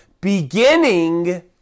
beginning